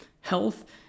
health